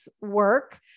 work